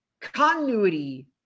continuity